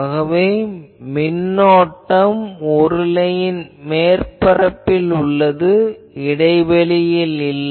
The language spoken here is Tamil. ஆகவே மின்னோட்டம் உருளையின் மேற்பரப்பில் உள்ளது இடைவெளியில் இல்லை